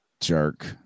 jerk